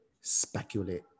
speculate